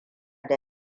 da